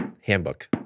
Handbook